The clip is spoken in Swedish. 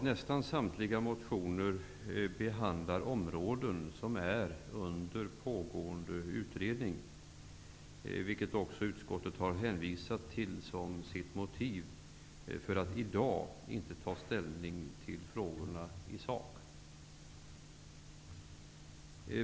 Nästan samtliga motioner behandlar områden som är under utredning, vilket utskottet också har hänvisat till som sitt motiv för att i dag inte ta ställning till frågorna i sak.